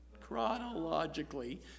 chronologically